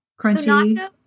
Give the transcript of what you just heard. Crunchy